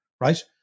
right